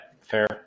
fair